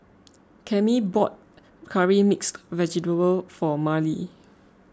Cami bought Curry Mixed Vegetable for Marlee